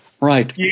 Right